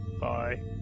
bye